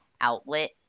outlet